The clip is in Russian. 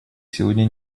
сегодня